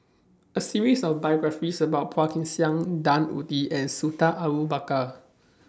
A series of biographies about Phua Kin Siang Dan Ying and Sultan Abu Bakar was recently published